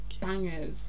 bangers